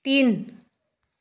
तिन